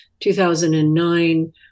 2009